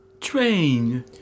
Train